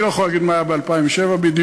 אני לא יכול להגיד מה היה ב-2007 בדיוק,